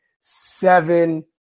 seven